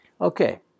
Okay